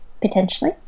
potentially